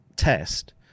test